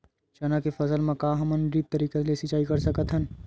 चना के फसल म का हमन ड्रिप तरीका ले सिचाई कर सकत हन?